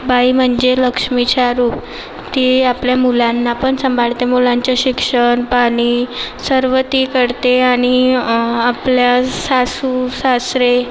बाई म्हणजे लक्ष्मीचं रूप ती आपल्या मुलांना पण सांभाळते मुलांचे शिक्षण पाणी सर्व ती करते आणि आपल्या सासू सासरे